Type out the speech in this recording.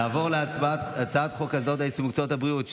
נעבור להצבעה על הצעת חוק הסדרת העיסוק במקצועות הבריאות (תיקון,